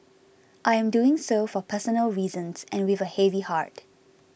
I am doing so for personal reasons and with a heavy heart